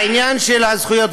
העניין של הזכויות,